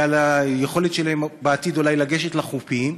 ואולי על היכולת שלהם בעתיד לגשת לחופים,